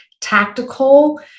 tactical